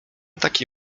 taki